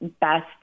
best